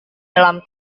dalam